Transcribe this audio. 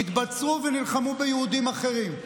התבצרו ונלחמו ביהודים אחרים.